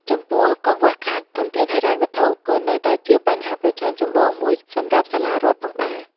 ចំពោះ កង្វះខាតធនធានហិរញ្ញវត្ថុ ក៏នៅតែជាបញ្ហាប្រឈមចម្បងមួយសម្រាប់សាលារដ្ឋផងដែរ។